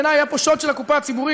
בעיני היה פה שוד של הקופה הציבורית.